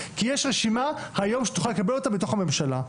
כי יש רשימה היום שתוכל לקבל אותה בתוך הממשלה.